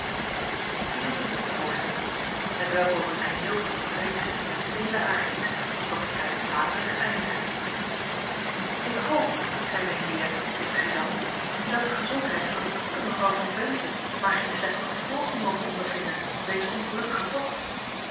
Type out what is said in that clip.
vier-en-twintigste hoofdstuk hetwelk over t geheel van een vrij sentimenteelen aard is doch vrij slaperig eindigt ik hoop zeide henriëtte tegen suzanna dat de gezondheid van die goede mevrouw van bempden maar geen slechte gevolgen moge ondervinden van dezen ongelukkigen tocht